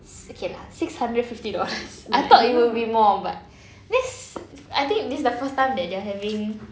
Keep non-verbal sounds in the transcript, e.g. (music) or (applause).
okay lah six hundred fifty dollars (laughs) I thought it would be more but this I think this the first time that they are having